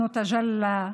דיברו בה.